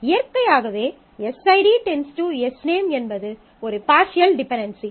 இயற்கையாகவே SID S name என்பது ஒரு பார்ஷியல் டிபென்டென்சி